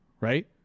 right